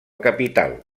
capital